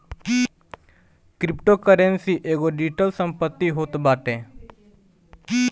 cryptocurrency एगो digital संपत्ति होत बाटे